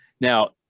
now